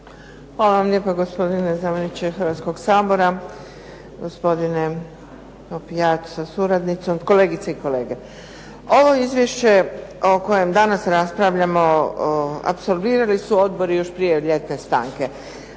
Hvala vam lijepa. Gospodine zamjeniče Hrvatskoga sabora, gospodine Popijač sa suradnicom, kolegice i kolege. Ovo izvješće o kojem danas raspravljamo apsolvirali su odbori još prije ljetne stanke.